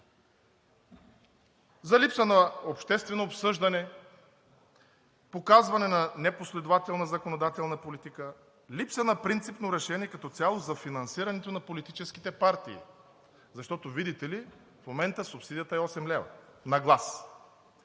липса на обществено обсъждане, показване на непоследователна законодателна политика, липса на принципно решение като цяло за финансирането на политическите партии, защото, видите ли, в момента субсидията е 8 лв. на глас.